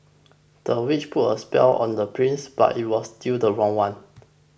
the witch put a spell on the prince but it was the wrong one